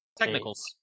Technicals